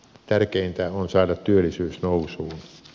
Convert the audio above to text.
tärkeintä on saada työllisyys nousuun